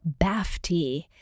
Bafti